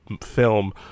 film